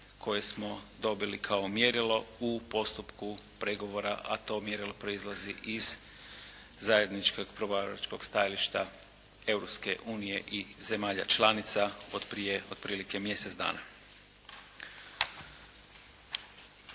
koje smo dobili kao mjerilo u postupku pregovora a to mjerilo proizlazi iz zajedničkog pregovaračkog stajališta Europske unije i zemalja članica od prije otprilike mjesec dana.